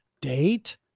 date